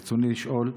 ברצוני לשאול: